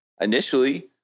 initially